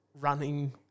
running